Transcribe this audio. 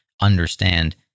understand